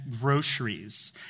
groceries